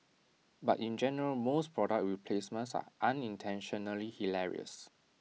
but in general most product we placements are unintentionally hilarious